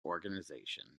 organization